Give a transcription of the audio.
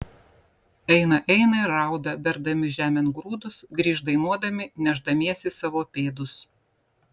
eina eina ir rauda berdami žemėn grūdus grįš dainuodami nešdamiesi savo pėdus